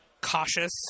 cautious